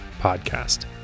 podcast